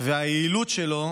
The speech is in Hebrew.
והיעילות שלו,